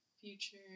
future